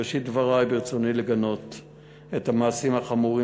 בראשית דברי ברצוני לגנות את המעשים החמורים